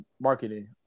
marketing